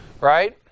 right